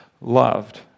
loved